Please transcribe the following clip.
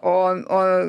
o o